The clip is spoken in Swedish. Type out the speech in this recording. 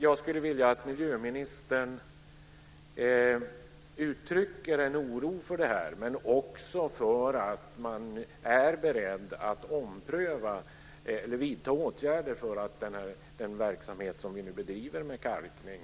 Jag skulle vilja höra miljöministern uttrycka oro över detta och uttrycka att man är beredd att vidta åtgärder för att få en omprövning av den verksamhet som nu bedrivs med kalkning.